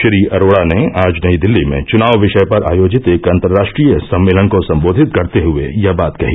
श्री अरोड़ा ने आज नई दिल्ली में चुनाव विषय पर आयोजित एक अन्तर्राष्ट्रीय सम्मेलन को सम्बोधित करते हुए यह बात कही